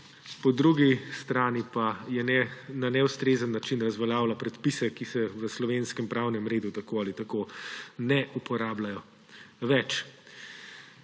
po drugi strani pa na neustrezen način razveljavlja predpise, ki se v slovenskem pravnem redu tako ali tako ne uporabljajo več.